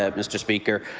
ah mr. speaker.